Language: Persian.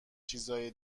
چیزای